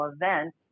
event